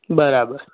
બરાબર